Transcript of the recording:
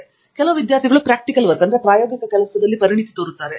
ಪ್ರಾಯೋಗಿಕ ಕೆಲಸಕ್ಕಾಗಿ ಕೆಲವು ವಿದ್ಯಾರ್ಥಿಗಳು ಪರಿಣತಿ ತೋರುತ್ತಾರೆ